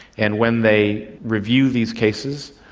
and when they review these cases,